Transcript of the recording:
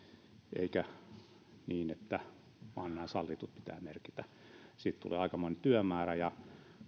eikä niin että vain nämä sallitut pitää merkitä siitä tulee aikamoinen työmäärä ja